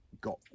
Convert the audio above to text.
Got